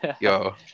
yo